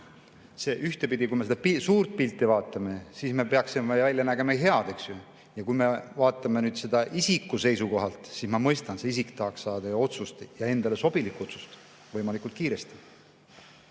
Ühtpidi, kui me seda suurt pilti vaatame, siis me peaksime välja nägema head, eks ju. Ja kui me vaatame nüüd seda isiku seisukohalt, siis ma mõistan, see isik tahaks saada ju otsust ja endale sobilikku otsust võimalikult kiiresti.